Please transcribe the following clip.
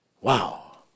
Wow